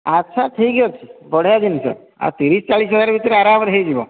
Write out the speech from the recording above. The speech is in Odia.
ଆଚ୍ଛା ଠିକ୍ ଅଛି ବଢ଼ିଆ ଜିନିଷ ଆଉ ତିରିଶ ଚାଳିଶ ହଜାର ଭିତରେ ଆରାମରେ ହୋଇଯିବ